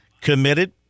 committed